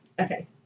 Okay